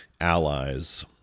allies